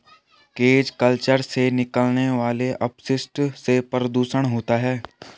cage culture से निकलने वाले अपशिष्ट से प्रदुषण होता है